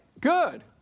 good